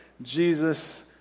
Jesus